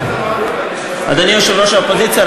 אדוני יושב-ראש האופוזיציה,